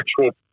actual